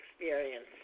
experience